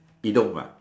idiom ah